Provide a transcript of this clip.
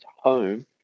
home